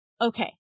okay